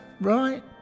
Right